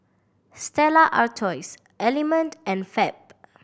Stella Artois Element and Fab